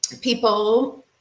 People